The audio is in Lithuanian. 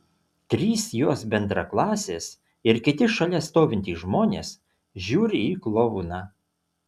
trys jos bendraklasės ir kiti šalia stovintys žmonės žiūri į klouną